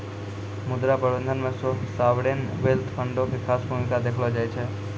मुद्रा प्रबंधन मे सावरेन वेल्थ फंडो के खास भूमिका देखलो जाय छै